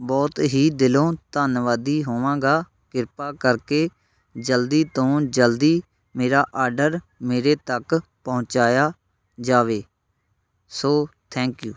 ਬਹੁਤ ਹੀ ਦਿਲੋਂ ਧੰਨਵਾਦੀ ਹੋਵਾਂਗਾ ਕਿਰਪਾ ਕਰਕੇ ਜਲਦੀ ਤੋਂ ਜਲਦੀ ਮੇਰਾ ਆਡਰ ਮੇਰੇ ਤੱਕ ਪਹੁੰਚਾਇਆ ਜਾਵੇ ਸੋ ਥੈਂਕ ਯੂ